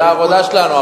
זה העבודה שלנו,